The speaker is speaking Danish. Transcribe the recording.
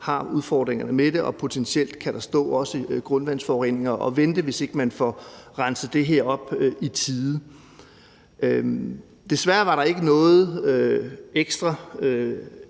har udfordringerne med det. Potentielt kan der også stå grundvandsforureninger og vente, hvis ikke man får renset det her op i tide. Desværre var der ikke noget ekstra